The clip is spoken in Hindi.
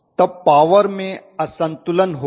तब पॉवर में असंतुलन होगा